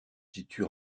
situe